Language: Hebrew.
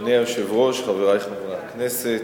אדוני היושב-ראש, חברי חברי הכנסת,